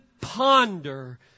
ponder